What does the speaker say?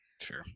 sure